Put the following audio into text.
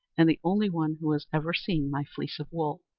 and the only one who has ever seen my fleece of wool.